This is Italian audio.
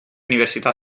università